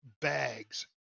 bags